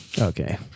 Okay